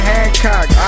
Hancock